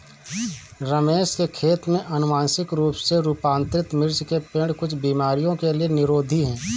रमेश के खेत में अनुवांशिक रूप से रूपांतरित मिर्च के पेड़ कुछ बीमारियों के लिए निरोधी हैं